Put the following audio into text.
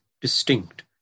distinct